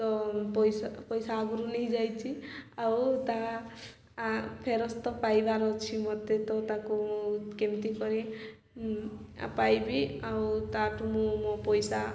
ତ ପଇସା ପଇସା ଆଗୁରୁ ନେଇଯାଇଛି ଆଉ ତାହା ଫେରସ୍ତ ପାଇବାର ଅଛି ମୋତେ ତ ତାକୁ ମୁଁ କେମିତି କରି ପାଇବି ଆଉ ତାଠୁ ମୁଁ ମୋ ପଇସା